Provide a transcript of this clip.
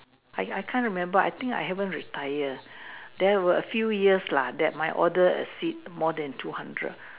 I I can't remember I think I haven't retire there were a few years lah that my order exceed more than two hundred